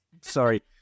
Sorry